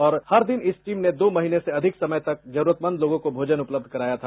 और हर दिन इस टीम ने दो महीने से अधिक समय तक जरुरतमंद लोगों को भोजन उपलब्ध कराया था